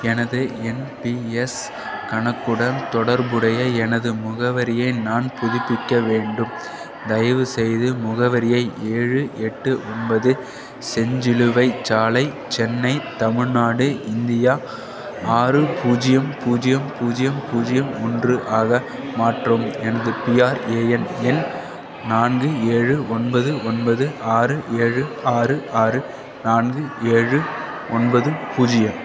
எனது N P S கணக்குடன் தொடர்புடைய எனது முகவரியை நான் புதுப்பிக்க வேண்டும் தயவுசெய்து முகவரியை ஏழு எட்டு ஒன்பது செஞ்சிலுவைச் சாலை சென்னை தமிழ்நாடு இந்தியா ஆறு பூஜ்ஜியம் பூஜ்ஜியம் பூஜ்ஜியம் பூஜ்ஜியம் ஒன்று ஆக மாற்றவும் எனது பிஆர்ஏஎன் எண் நான்கு ஏழு ஒன்பது ஒன்பது ஆறு ஏழு ஆறு ஆறு நான்கு ஏழு ஒன்பது பூஜ்ஜியம்